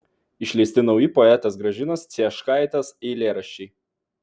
išleisti nauji poetės gražinos cieškaitės eilėraščiai